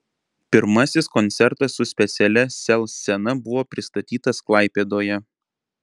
pirmasis koncertas su specialia sel scena buvo pristatytas klaipėdoje